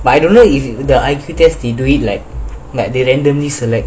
but I don't know if the I Q they do it like like they randomly select